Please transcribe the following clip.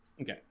Okay